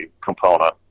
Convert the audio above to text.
component